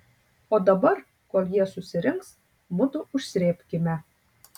o dabar kol jie susirinks mudu užsrėbkime